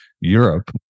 Europe